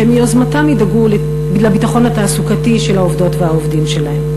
שמיוזמתם ידאגו לביטחון התעסוקתי של העובדות והעובדים שלהם.